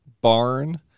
barn